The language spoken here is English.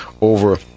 over